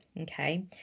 Okay